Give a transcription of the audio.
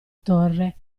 torre